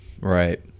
Right